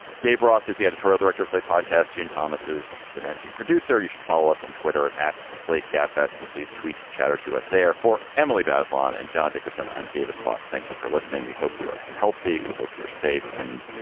gabe roth is the editorial director of the podcast. john and thomas is the managing producer. you should follow us on twitter at slate. gabb vestine, please tweet chatter to us. they are for emily bazelon and john dickerson. i'm david plotz. thank you for listening. we hope you are healthy. we hope you're safe and